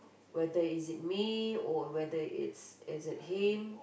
whether is it me or whether is it him